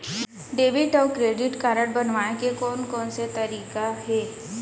Debit अऊ credit card बनवाए के कोन कोन से तरीका हे?